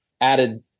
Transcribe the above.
added